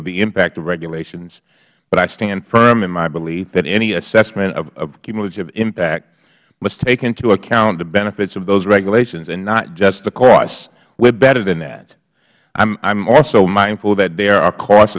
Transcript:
of the impact of regulations but i stand firm in my belief that any assessment of cumulative impact must take into account the benefits of those regulations and not just the costs we are better than that i am also mindful that there are costs